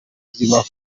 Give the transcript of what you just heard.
zibaho